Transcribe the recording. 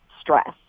stress